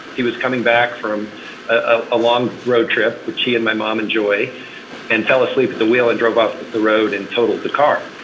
he was coming back from a long road trip, which he and my mom enjoy and fell asleep at the wheel and drove off the the road and totaled the car.